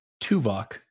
Tuvok